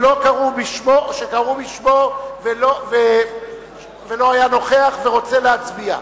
שלא קראו בשמו או שקראו בשמו ולא היה נוכח ורוצה להצביע?